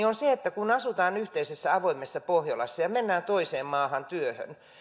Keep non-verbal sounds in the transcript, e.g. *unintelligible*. *unintelligible* on se että kun asutaan yhteisessä avoimessa pohjolassa ja mennään toiseen maahan työhön